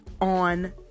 on